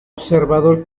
observador